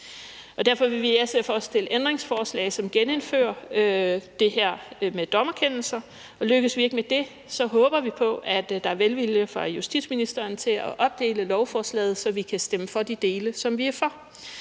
Derfor vil vi i SF også stille ændringsforslag om at genindføre det her med dommerkendelser, og lykkes vi ikke med det, håber vi på, at der er velvilje fra justitsministeren til at opdele lovforslaget, så vi kan stemme for de dele, som vi er for.